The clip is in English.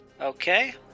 Okay